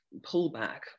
pullback